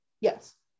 yes